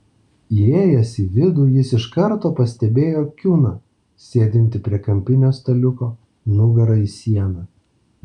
įėjęs į vidų jis iš karto pastebėjo kiuną sėdintį prie kampinio staliuko nugara į sieną